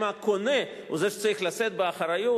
האם הקונה הוא זה שצריך לשאת באחריות?